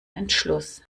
entschluss